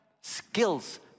skills